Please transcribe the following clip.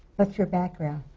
what's your background?